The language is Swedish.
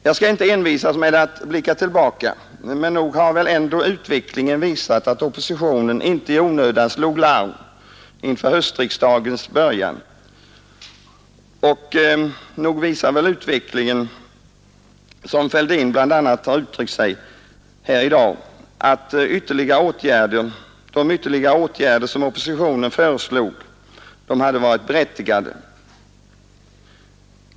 Jag skall inte envisas att blicka tillbaka, men nog har väl ändå utvecklingen visat att oppositionen inte i onödan slog larm inför höstriksdagens början, och nog visar väl utvecklingen därtill — som bl.a. herr Fälldin har sagt tidigare i debatten — att de ytterligare åtgärder som oppositionen föreslog hade varit berättigade.